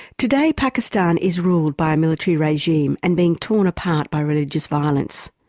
today pakistan is ruled by a military regime and being torn apart by religious violence.